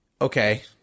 Okay